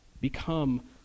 Become